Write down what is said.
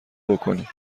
بکنیم